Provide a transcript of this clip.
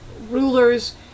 rulers